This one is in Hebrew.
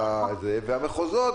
והמחוזות,